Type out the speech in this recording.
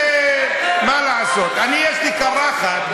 זה, מה לעשות, יש לי קרחת.